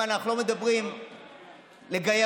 כולל לציבור